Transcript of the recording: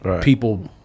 people